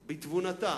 בתבונתה,